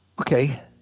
Okay